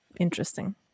Interesting